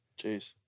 Jeez